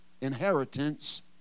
inheritance